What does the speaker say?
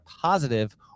positive